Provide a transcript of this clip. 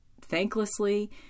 thanklessly